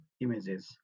images